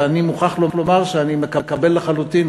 ואני מוכרח לומר שאני מקבל לחלוטין